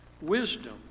wisdom